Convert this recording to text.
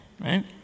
right